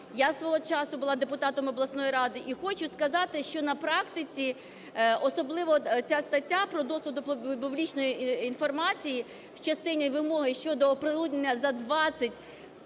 Я свого часу була депутатом обласної ради. І хочу сказати, що на практиці, особливо ця стаття про доступ до публічної інформації в частині вимоги щодо оприлюднення за 20 робочих